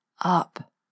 up